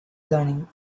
learning